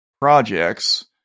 projects